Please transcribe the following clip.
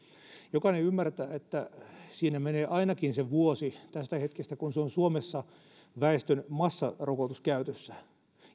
jokainen ymmärtää että siinä menee ainakin se vuosi tästä hetkestä ennen kuin se on suomessa väestön massarokotuskäytössä